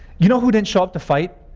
you know who didn't show up to fight?